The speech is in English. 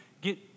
get